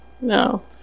No